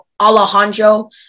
Alejandro